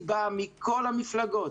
היא באה מכל המפלגות.